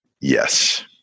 yes